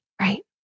right